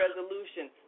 resolution